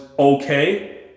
Okay